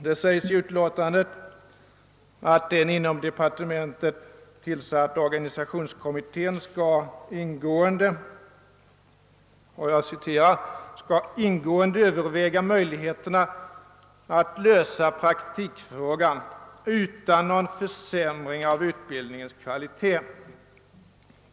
Det sägs i utlåtandet att den inom departementet tillsatta organisationskommittén skall ingående överväga »möjligheterna att lösa praktikfrågan utan någon försämring av utbildningens kvalitet.